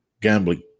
gambling